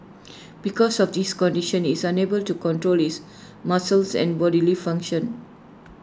because of this condition is unable to control his muscles and bodily functions